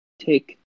take